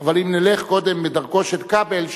אבל אם נלך קודם בדרכו של כבל,